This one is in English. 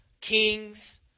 kings